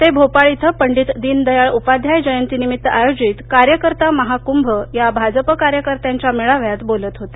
ते भोपाळ इथं पंडित दीनदयाल उपाध्याय जयंती निमित्त आयोजित कार्यकर्ता महाकुंभ या भाजपा कार्यकर्त्यांच्या मेळाव्यात बोलत होते